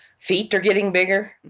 feet are getting bigger.